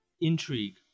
intrigue